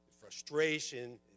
frustration